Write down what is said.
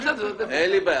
אין לי בעיה,